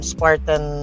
Spartan